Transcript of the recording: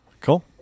Cool